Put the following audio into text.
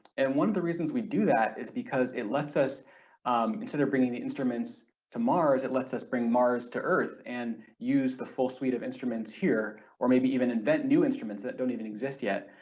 and one of the reasons we do that is because it lets us instead of bringing the instruments to mars, it lets us bring mars to earth and use the full suite of instruments here or maybe even invent new instruments that don't even exist yet,